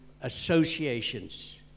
associations